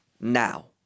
now